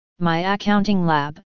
MyAccountingLab